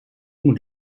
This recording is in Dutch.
moet